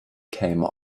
came